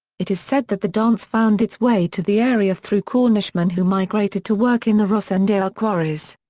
it is said that the dance found its way to the area through cornishmen who migrated to work in the rossendale quarries.